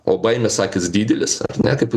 o baimės akys didelės ar ne kaip